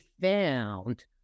found